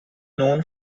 known